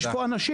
יש פה אנשים.